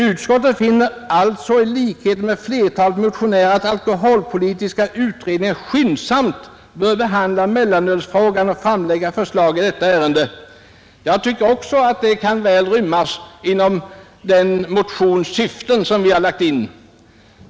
”Utskottet finner alltså i likhet med flertalet motionärer att alkoholpolitiska utredningen skyndsamt bör behandla mellanölsfrågan och framlägga förslag i detta ärende.” Även detta kan enligt min mening väl inrymmas i vår motions syften.